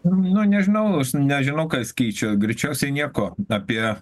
nu nežinau nežinau ką jis keičia greičiausiai nieko apie